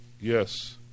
Yes